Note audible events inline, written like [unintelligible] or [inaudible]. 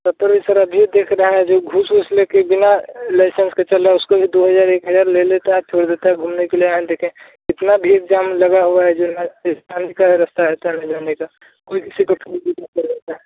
तत्पर रहिए सर अभी यह देख रहें जओ घूस ऊस लेकर बिना लाइसेंस के चल रहे उसको भी दो हज़ार एक हज़ार ले लेते हैं छोड़ देते हैं घूमने के लिए आएँ देखें इतना भीड़ जाम लगा हुआ है जओ [unintelligible] रस्ता है चला जाने का कोई किसी को [unintelligible]